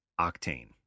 Octane